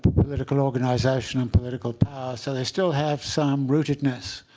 political organization and political so they still have some rootedness